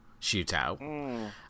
shootout